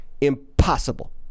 impossible